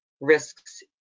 risks